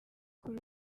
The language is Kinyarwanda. kuri